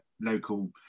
local